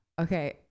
okay